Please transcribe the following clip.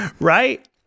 right